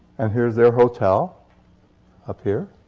and here's their hotel up here.